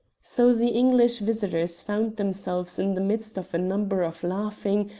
so the english visitors found themselves in the midst of a number of laughing,